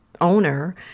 owner